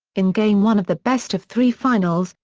in game one of the best of three finals,